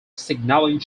signalling